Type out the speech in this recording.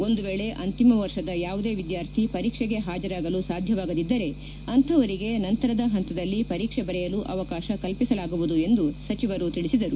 ಒಂದು ವೇಳೆ ಅಂತಿಮ ವರ್ಷದ ಯಾವುದೇ ವಿದ್ಯಾರ್ಥಿ ಪರೀಕ್ಷೆಗೆ ಹಾಜರಾಗಲು ಸಾಧ್ಯವಾಗದಿದ್ದರೆ ಅಂತಹವರಿಗೆ ನಂತರದ ಹಂತದಲ್ಲಿ ಪರೀಕ್ಷೆ ಬರೆಯಲು ಅವಕಾಶ ಕಲ್ಪಿಸಲಾಗುವುದು ಎಂದು ಸಚಿವರು ತಿಳಿಸಿದರು